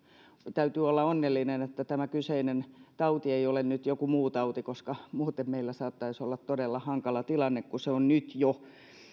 täytyy olla onnellinen että tämä kyseinen tauti ei ole nyt joku muu tauti koska muuten meillä saattaisi olla todella hankala tilanne kun se on jo